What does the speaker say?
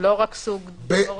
לא רק נתון ספציפי.